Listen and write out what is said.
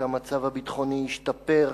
שהמצב הביטחוני ישתפר,